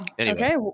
okay